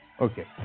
Okay